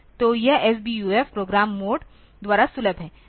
तो यह SBUF programme mode द्वारा सुलभ है